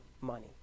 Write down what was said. money